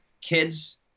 kids